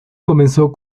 comenzó